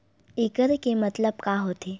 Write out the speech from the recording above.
एकड़ के मतलब का होथे?